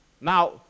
Now